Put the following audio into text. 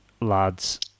lads